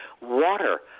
water